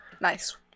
Nice